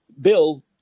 Bill